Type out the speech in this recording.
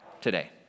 today